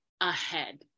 ahead